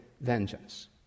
vengeance